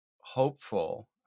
hopeful